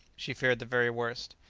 she feared the very worst.